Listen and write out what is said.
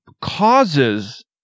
causes